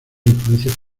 influencias